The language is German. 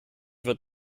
wird